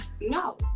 No